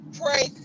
Pray